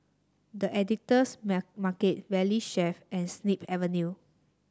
The Editor's Market Valley Chef and Snip Avenue